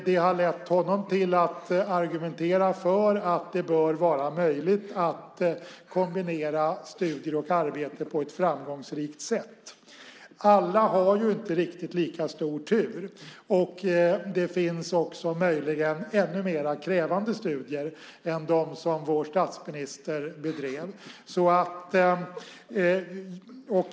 Det har lett honom till att argumentera för att det bör vara möjligt att kombinera studier och arbete på ett framgångsrikt sätt. Alla har inte riktigt lika stor tur. Det finns också möjligen ännu mer krävande studier än de som vår statsminister bedrev.